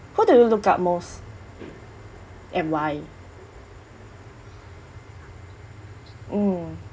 who do you look up most and why mm